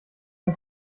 wir